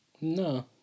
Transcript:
No